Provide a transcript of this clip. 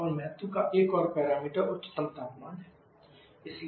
और महत्व का एक और पैरामीटर उच्चतम तापमान है